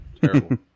Terrible